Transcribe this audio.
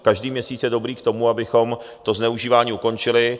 Každý měsíc je dobrý k tomu, abychom to zneužívání ukončili.